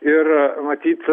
ir matyt